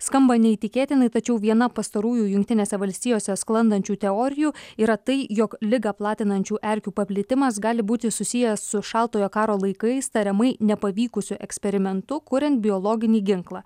skamba neįtikėtinai tačiau viena pastarųjų jungtinėse valstijose sklandančių teorijų yra tai jog ligą platinančių erkių paplitimas gali būti susijęs su šaltojo karo laikais tariamai nepavykusiu eksperimentu kuriant biologinį ginklą